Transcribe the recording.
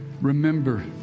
Remember